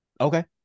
Okay